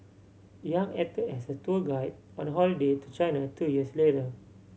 Yang act as her tour guide on a holiday to China two years later